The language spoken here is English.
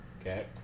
okay